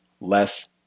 less